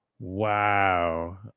Wow